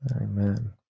amen